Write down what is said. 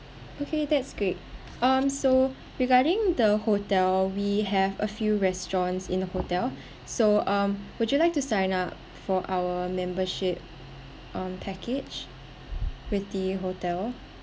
okay that's great um so regarding the hotel we have a few restaurants in the hotel so um would you like to sign up for our membership um package with the hotel